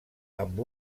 amb